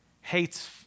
hates